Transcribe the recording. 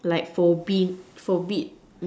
like forbid forbid